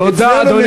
אצלנו,